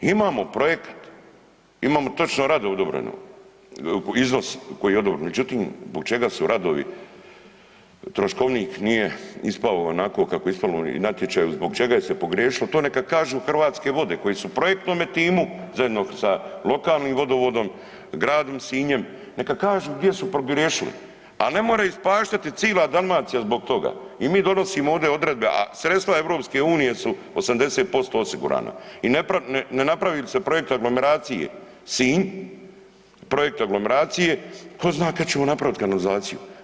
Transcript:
Imamo projekt, imamo točno radove odobreno, iznos koji je odobren, međutim zbog čega su radovi, troškovnik nije ispao onako kako je ispalo u natječaju, zbog čega je se pogriješilo to neka kažu Hrvatske vode koje su u projektnome timu zajedno sa lokalnim vodovodom, gradom Sinjem, neka kažu gdje su pogriješili, ali ne more ispaštati cila Dalmacija zbog toga i mi donosimo ovde odredbe, a sredstva EU su 80% osigurana i ne nepravi li se projekt aglomeracije Sinj, projekt aglomeracije tko zna kada ćemo napraviti kanalizaciju.